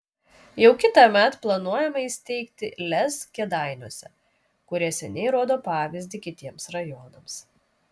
jau kitąmet planuojama įsteigti lez kėdainiuose kurie seniai rodo pavyzdį kitiems rajonams